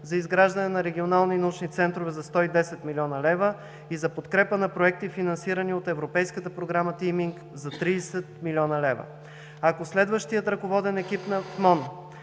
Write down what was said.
за изграждане на регионални научни центрове за 110 млн. лв. и за подкрепа на проекти, финансирани от Европейската програма „Тийминг“ за 30 млн. лв. Ако следващият ръководен екип на МОН